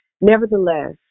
Nevertheless